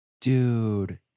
dude